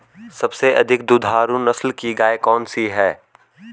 सबसे अधिक दुधारू नस्ल की गाय कौन सी है?